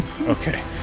Okay